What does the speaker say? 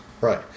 Right